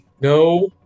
No